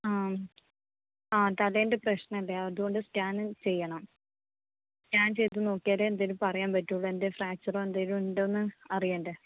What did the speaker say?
ആം ആ തലേൻ്റെ പ്രശ്നമല്ലെ അതുകൊണ്ട് സ്കാന് ചെയ്യണം സ്കാൻ ചെയ്ത് നോക്കിയാലേ എന്തെങ്കിലും പറയാൻ പറ്റൂളളൂ എന്തെങ്കിലും ഫ്രാക്ച്ചറോ എന്തെങ്കിലും ഉണ്ടോന്ന് അറിയണ്ടേ